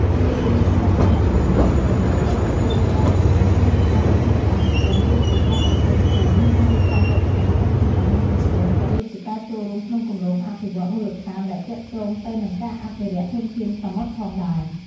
ចូលរួមក្នុងសកម្មភាពសហគមន៍ ស្ត្រីក៏ចូលរួមយ៉ាងសកម្មក្នុងសកម្មភាពសហគមន៍ ដូចជាការប្រជុំភូមិ ការរៀបចំព្រឹត្តិការណ៍សាសនា និងសង្គម ក៏ដូចជាការចូលរួមក្នុងគម្រោងអភិវឌ្ឍន៍មូលដ្ឋានដែលទាក់ទងទៅនឹងការអភិរក្សធនធានសមុទ្រផងដែរ។